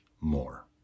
more